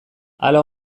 hala